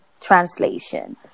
translation